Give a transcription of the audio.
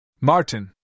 martin